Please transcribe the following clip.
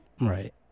Right